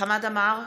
חמד עמאר,